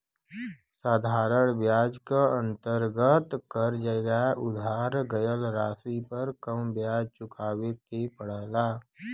साधारण ब्याज क अंतर्गत कर्ज या उधार गयल राशि पर कम ब्याज चुकावे के पड़ेला